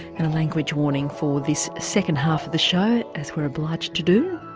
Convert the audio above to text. and a language warning for this second half of the show as we're obliged to do.